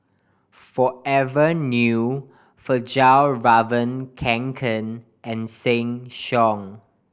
Forever New Fjallraven Kanken and Sheng Siong